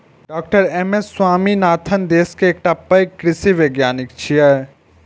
डॉ M S Swaminathan देश के एकटा पैघ कृषि वैज्ञानिक छियै